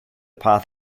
path